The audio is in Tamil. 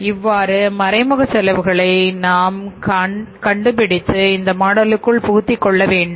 இவ்வாறு மறைமுக செலவுகளை நாம் கண்டுபிடித்து இந்த மாடலுக்கு புகுத்தி கொள்ள வேண்டும்